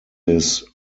his